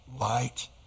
light